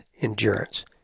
endurance